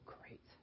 great